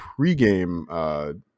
pregame